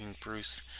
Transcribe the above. Bruce